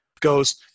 goes